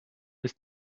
ist